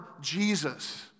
Jesus